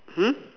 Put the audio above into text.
hmm